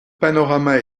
panorama